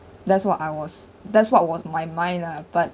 that's what I was that's what was on my mind lah but